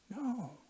No